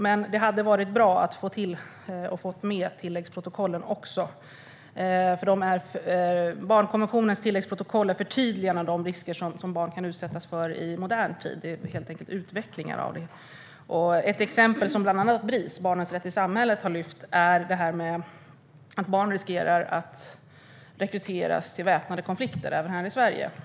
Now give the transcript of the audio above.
Det hade dock varit bra att också få med tilläggsprotokollen. Barnkonventionens tilläggsprotokoll är förtydliganden av de risker som barn kan utsättas för i modern tid. Tilläggsprotokollen är helt enkelt flera steg av utveckling av konventionen. Ett exempel som bland annat Bris, Barnens rätt i samhället, har lyft fram är att barn riskerar att rekryteras till väpnade konflikter även här i Sverige.